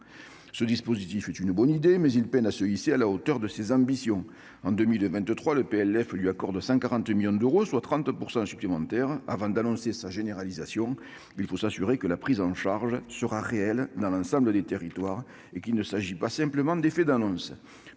Ce dispositif est une bonne idée, mais il peine à se hisser à la hauteur de ses ambitions. En 2023, le PLF lui accorde 140 millions d'euros, soit une hausse de 30 %. Avant d'annoncer sa généralisation, il faut s'assurer que la prise en charge sera réelle, dans l'ensemble des territoires, et qu'il ne s'agit pas simplement d'effets d'annonce.